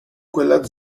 quella